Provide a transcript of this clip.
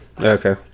okay